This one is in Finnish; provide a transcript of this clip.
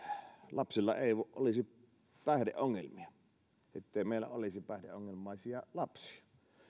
lapsilla ei olisi päihdeongelmia ettei meillä olisi päihdeongelmaisia lapsia